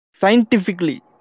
scientifically